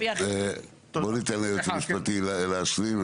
בואו ניתן לייעוץ המשפטי להשלים,